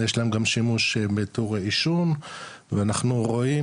יש להם גם שימוש בתור עישון ואנחנו רואים